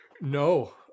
No